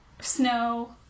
snow